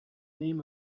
name